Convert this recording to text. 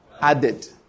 Added